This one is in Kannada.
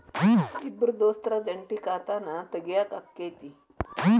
ಇಬ್ರ ದೋಸ್ತರ ಜಂಟಿ ಖಾತಾನ ತಗಿಯಾಕ್ ಆಕ್ಕೆತಿ?